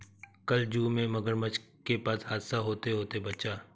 कल जू में मगरमच्छ के पास हादसा होते होते बचा